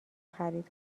خرید